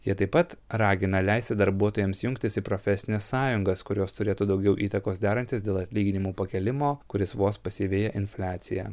jie taip pat ragina leisti darbuotojams jungtis į profesines sąjungas kurios turėtų daugiau įtakos derantis dėl atlyginimų pakėlimo kuris vos pasiveja infliaciją